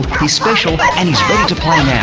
he special and he's